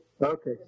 Okay